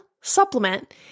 supplement